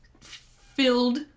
filled